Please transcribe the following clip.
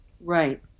Right